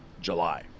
July